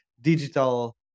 digital